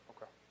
Okay